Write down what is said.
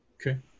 okay